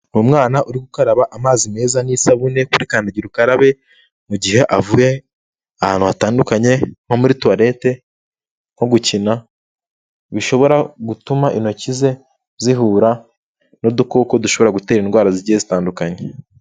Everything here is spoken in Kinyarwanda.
Umwana uri gukaraba amazi meza n'isabune kuri kandagira ukarabe, mu gihe avuye ahantu hatandukanye nko muri toilette, nko gukina, bishobora gutuma intoki ze zihura n'udukoko dushobora gutera indwara zigiye zitandukanye.